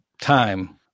Time